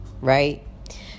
right